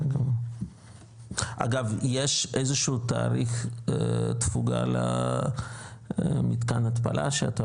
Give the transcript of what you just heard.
אגב יש איזשהו תאריך תפוגה למתקן התפלה שאתה